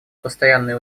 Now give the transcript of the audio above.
постоянные